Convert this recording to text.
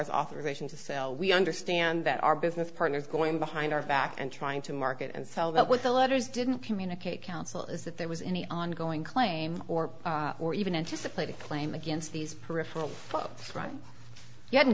as authorization to sell we understand that our business partners going behind our back and trying to market and sell that with the letters didn't communicate counsel is that there was any ongoing claim or or even anticipated claim against these peripheral folks right you hadn't